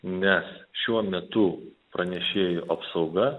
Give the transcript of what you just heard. nes šiuo metu pranešėjų apsauga